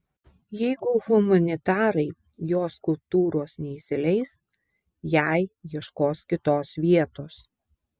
jeigu humanitarai jo skulptūros neįsileis jai ieškos kitos vietos